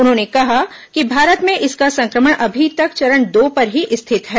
उन्होंने कहा कि भारत में इसका संक्रमण अभी तक चरण दो पर ही स्थिर है